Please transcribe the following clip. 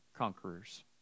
conquerors